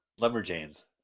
Lumberjanes